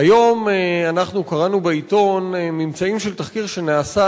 היום קראנו בעיתון ממצאים של תחקיר שנעשה,